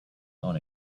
own